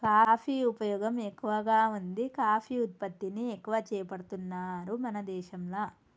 coffee ఉపయోగం ఎక్కువగా వుంది కాఫీ ఉత్పత్తిని ఎక్కువ చేపడుతున్నారు మన దేశంల